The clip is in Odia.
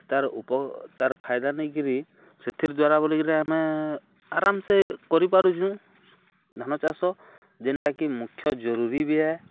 ତାର୍ ତାର୍ ଫାଇଦା ନେଇକିରି ସେଥିର୍ ଦ୍ଵାରା ବୋଲିକିରି ଆମେ ଆରାମ୍ସେ କରିପାରୁଚୁଁ ଧାନ ଚାଷ ଯେନ୍ଟାକି ମୁଖ୍ୟ ଜରୁରୀ ବି ଏ